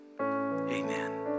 Amen